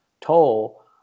toll